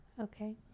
Okay